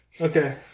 Okay